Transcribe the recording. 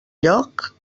lloc